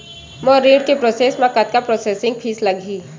मोर ऋण के प्रोसेस म कतका प्रोसेसिंग फीस लगही?